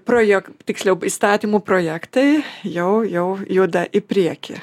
projek tiksliau įstatymų projektai jau jau juda į priekį